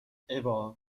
ابا